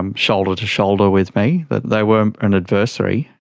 um shoulder to shoulder with me, that they were an adversary.